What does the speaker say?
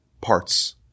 parts